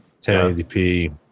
1080p